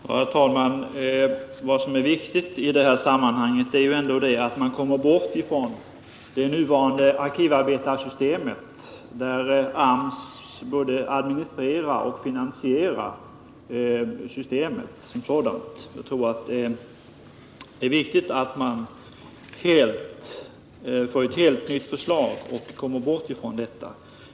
Herr talman! Vad som är viktigt i detta sammanhang är att man kommer bort från det nuvarande arkivarbetarsystemet, som AMS både administrerar och finansierar, och att man får en helt ny anställningsform.